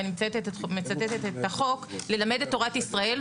ואני מצטטת את החוק: "ללמד את תורת ישראל,